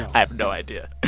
i have no idea.